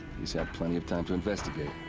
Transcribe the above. he's had plenty of time to investigate.